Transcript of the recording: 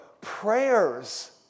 prayers